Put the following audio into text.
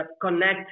connect